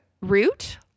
Root